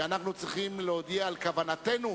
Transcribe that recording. שאנחנו צריכים להודיע על כוונתנו,